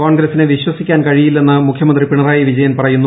കോൺഗ്രസിനെ വിശ്വസിക്കാൻ കഴിയില്ലെന്ന് മുഖ്യമന്ത്രി പിണറായി വിജയൻ പറയുന്നു